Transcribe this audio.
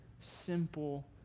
simple